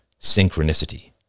synchronicity